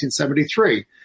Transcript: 1973